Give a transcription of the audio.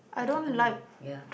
I tak pernah ya